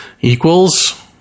equals